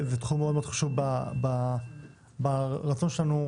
זהו תחום מאוד מאוד חשוב ברצון שלנו,